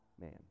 man